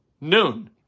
noon